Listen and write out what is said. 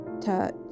touch